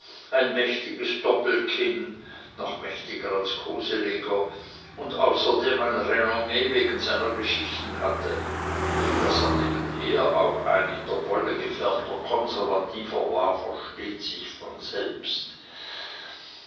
ein mächtiges doppelkinn noch mächtiger als koseleger und außerdem ein renommee wegen seiner geschichten hatte daß er nebenher auch ein in der wolle gefärbter konservativer war versteht sich von selbst